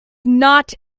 not